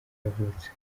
yavutse